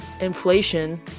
inflation